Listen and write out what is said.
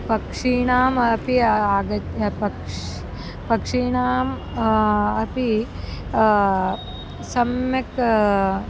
पक्षीणाम् अपि आगमनं पक्षिणः पक्षीणाम् अपि सम्यक्